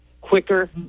quicker